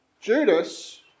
Judas